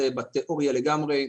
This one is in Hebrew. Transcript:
זה בתאוריה לגמרי.